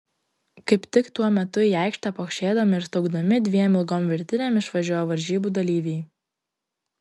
kaip tik tuo metu į aikštę pokšėdami ir staugdami dviem ilgom virtinėm išvažiuoja varžybų dalyviai